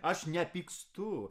aš nepykstu